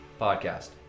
Podcast